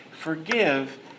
forgive